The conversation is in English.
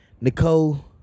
Nicole